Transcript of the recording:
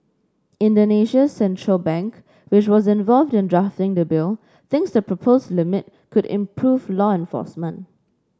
Indonesia's central bank which was involved in drafting the bill thinks the proposed limit could improve law enforcement